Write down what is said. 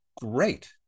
great